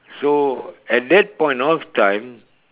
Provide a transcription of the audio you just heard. so at that point of time